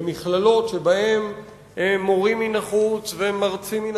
במכללות שבהן מורים מן החוץ ומרצים מן